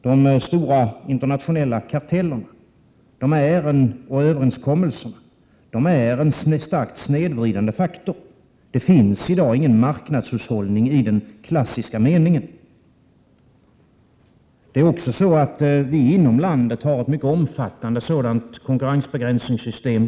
De stora internationella kartellerna och överenskommelserna är en starkt snedvridande faktor. Det finns i dag ingen marknadshushållning i den klassiska meningen. Det är också så att vi inom landet har ett mycket omfattande sådant konkurrensbegränsningssystem.